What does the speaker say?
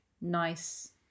nice